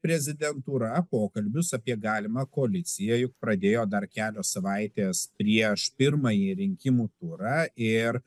prezidentūra pokalbius apie galimą koaliciją juk pradėjo dar kelios savaitės prieš pirmąjį rinkimų turą ir